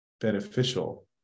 beneficial